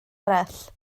arall